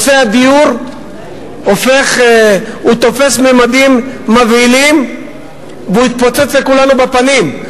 נושא הדיור תופס ממדים מבהילים והוא יתפוצץ לכולנו בפנים.